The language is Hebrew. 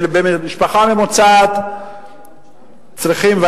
ובמשפחה ממוצעת צריכים,